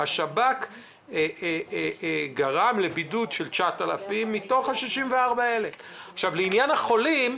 השב"כ גרם לבידוד של 9,000 מתוך 64,000. לעניין החולים,